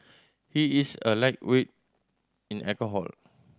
he is a lightweight in alcohol